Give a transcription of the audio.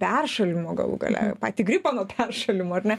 peršalimo galų gale patį gripą nuo peršalimo ar ne